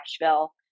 Nashville